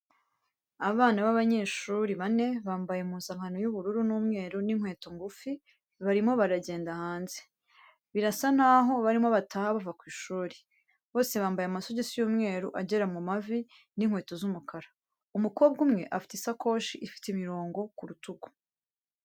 Abana b'abanyeshuri bane bambaye impuzankano y'ubururu n'umweru n'inkweto ngufi, barimo baragenda hanze. Birasa naho barimo bataha bava ku ishuri. Bose bambaye amasogisi y'umweru agera mu mavi n'inkweto z'umukara. Umukobwa umwe afite isakoshi ifite imirongo ku rutugu.